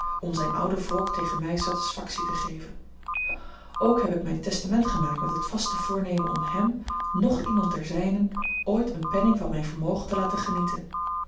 om zijn ouden wrok tegen mij satisfactie te geven ook heb ik mijn testament gemaakt met het vaste voornemen om hem noch iemand der zijnen ooit een penning van mijn vermogen te laten genieten